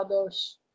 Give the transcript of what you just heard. others